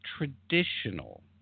Traditional